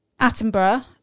Attenborough